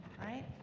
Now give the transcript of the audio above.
right